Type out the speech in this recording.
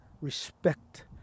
respect